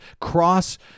cross